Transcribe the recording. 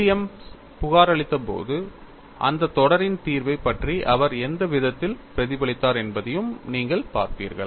William William's புகாரளித்தபோது அந்தத் தொடரின் தீர்வைப் பற்றி அவர் எந்த விதத்தில் பிரதிபலித்தார் என்பதையும் நீங்கள் பார்ப்பீர்கள்